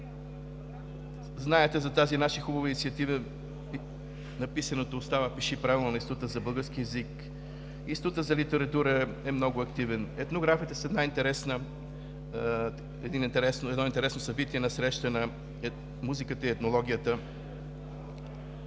Знаете за тази наша хубава инициатива „Написаното остава. Пиши правилно!“ на Института за български език. Институтът за литература е много активен. Етнографията – с едно интересно събитие, на среща на музиката и етнологията.